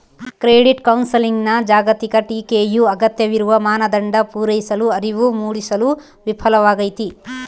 credit ಕೌನ್ಸೆಲಿಂಗ್ನ ಜಾಗತಿಕ ಟೀಕೆಯು ಅಗತ್ಯವಿರುವ ಮಾನದಂಡ ಪೂರೈಸಲು ಅರಿವು ಮೂಡಿಸಲು ವಿಫಲವಾಗೈತಿ